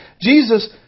Jesus